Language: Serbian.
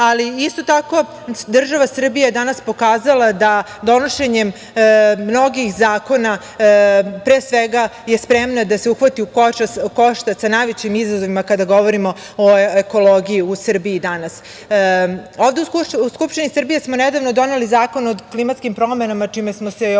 Isto tako, država Srbija je danas pokazala da donošenjem mnogih zakona pre svega je spremna da se uhvati u koštac sa najvećim izazovima kada govorimo o ekologiji u Srbiji danas. Ovde u Skupštini Srbije smo nedavno doneli Zakon o klimatskim promenama, čime smo se obavezali